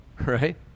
right